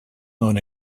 known